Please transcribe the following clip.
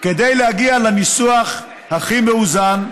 כדי להגיע לניסוח הכי מאוזן,